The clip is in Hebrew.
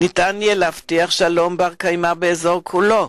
יהיה אפשר להבטיח שלום בר-קיימא באזור כולו.